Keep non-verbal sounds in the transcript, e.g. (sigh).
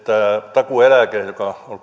takuueläke joka on (unintelligible)